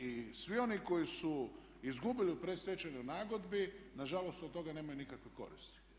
I svi oni koji su izgubili u predstečajnoj nagodbi nažalost od toga nemaju nikakve koristi.